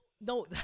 no